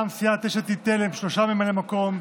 מטעם סיעת יש עתיד-תל"ם שלושה ממלאי מקום: